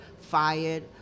fired